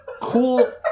cool